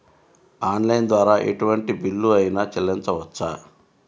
Online ద్వారా ఎటువంటి bill అయినా చెల్లించవచ్చా?